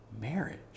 marriage